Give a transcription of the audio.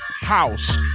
house